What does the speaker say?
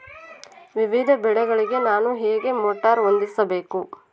ವಿವಿಧ ಬೆಳೆಗಳಿಗೆ ನಾನು ಹೇಗೆ ಮೋಟಾರ್ ಹೊಂದಿಸಬೇಕು?